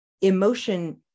emotion